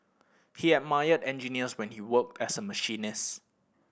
he admired engineers when he worked as a machinist